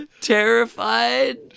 terrified